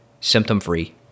symptom-free